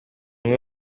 umwe